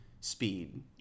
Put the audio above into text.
speed